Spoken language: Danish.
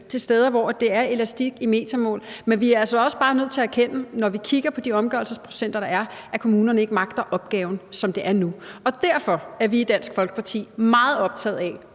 nogle steder, hvor det er elastik i metermål. Men vi er altså også bare nødt til, når vi kigger på de omgørelsesprocenter, der er, at erkende, at kommunerne ikke magter opgaven, som det er nu. Derfor er vi i Dansk Folkeparti meget optaget af